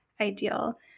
ideal